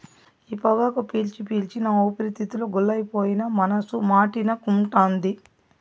ఈ పొగాకు పీల్చి పీల్చి నా ఊపిరితిత్తులు గుల్లైపోయినా మనసు మాటినకుంటాంది